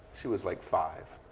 she was, like, five.